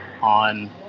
on